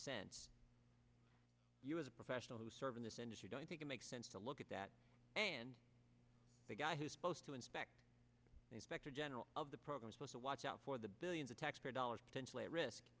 sense you as a professional who serve in this industry don't think it makes sense to look at that and the guy who's supposed to inspect the specter general of the program supposed to watch out for the billions of taxpayer dollars potentially at risk